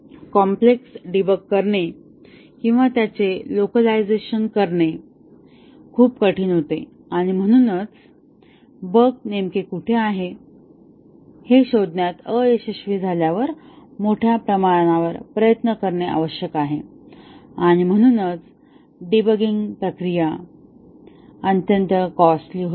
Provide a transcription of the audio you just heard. complex debug करणे किंवा त्याचे लोकॅलिझशन करणे खूप कठीण होते आणि म्हणूनच बग नेमके कुठे आहे हे शोधण्यात अयशस्वी झाल्यावर मोठ्या प्रमाणावर प्रयत्न करणे आवश्यक आहे आणि म्हणूनच डीबगिंग प्रक्रिया अत्यंत कॉस्टली होते